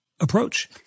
approach